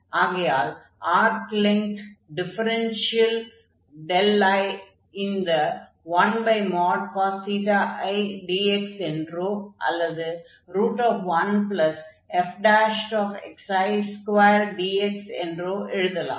ஆகையால் arc length differential dl ஐ இந்த 1cos dx என்றோ அல்லது 1fi2dx என்றோ எழுதலாம்